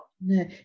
no